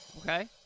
Okay